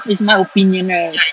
it's my opinion right